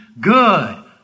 Good